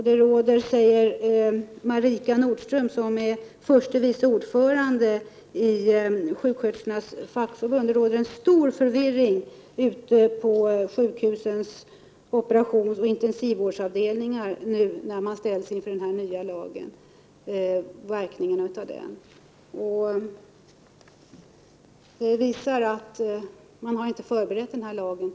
Det råder, säger Marika Nordström, som är förste vice ordförande i sjuksköterskornas fackförbund, stor förvirring på sjukhusens operationsoch intensivvårdsavdelningar nu när man ställs inför verkningarna av den nya lagen. Det visar att man inte tillräckligt förberett lagen.